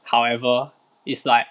however is like